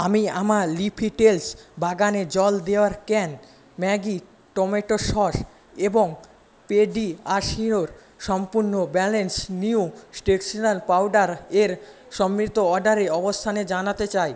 আমি আমার leafy tales বাগানে জল দেওয়ার ক্যান ম্যাগি টমেটো সস এবং পেডিয়াশিয়োর সম্পূর্ণ ব্যালান্সড নিউ স্টেশনাল পাউডার এর সম্মিলিত অর্ডারে অবস্থানে জানাতে চাই